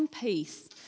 peace